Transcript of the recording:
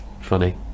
funny